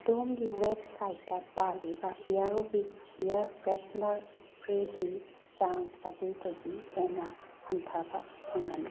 ꯑꯗꯣꯝꯒꯤ ꯋꯦꯕꯁꯥꯏꯠꯇ ꯄꯜꯂꯤꯕ ꯏꯌꯥꯔꯋꯤꯛ ꯏꯌꯥꯔ ꯐ꯭ꯔꯦꯁꯅꯔ ꯏꯁꯄ꯭ꯔꯦꯒꯤ ꯆꯥꯡ ꯑꯗꯨꯗꯒꯤ ꯍꯦꯟꯅ ꯍꯟꯊꯕ ꯐꯪꯒꯅꯤ